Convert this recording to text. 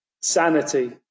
sanity